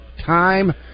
time